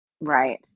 Right